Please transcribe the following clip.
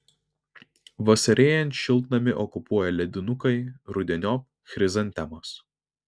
vasarėjant šiltnamį okupuoja ledinukai rudeniop chrizantemos